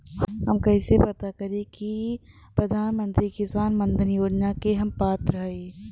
हम कइसे पता करी कि प्रधान मंत्री किसान मानधन योजना के हम पात्र हई?